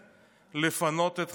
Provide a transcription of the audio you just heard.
לפנות את ח'אן אל-אחמר.